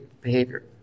behavior